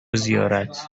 زیارت